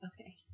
Okay